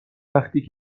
وقتی